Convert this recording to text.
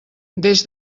des